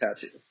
tattoo